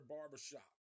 Barbershop